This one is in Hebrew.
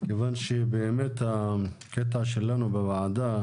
כיוון שבאמת הקטע שלנו בוועדה,